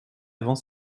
avant